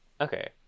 okay